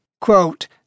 quote